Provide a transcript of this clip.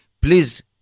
please